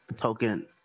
token